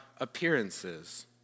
appearances